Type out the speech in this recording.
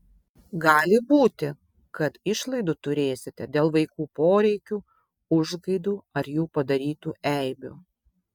gali būti kad išlaidų turėsite dėl vaikų poreikių užgaidų ar jų padarytų eibių